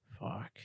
Fuck